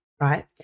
right